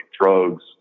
drugs